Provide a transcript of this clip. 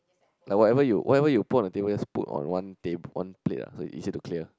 like whatever you whatever you put on the table just put on one tab~ plate ah so it's easier to clear